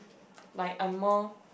like I'm more